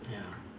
ya